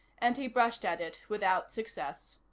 and he brushed at it without success.